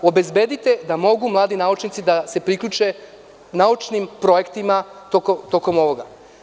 Obezbedite da mogu mladi naučnici da se priključe naučnim projektima tokom ovoga.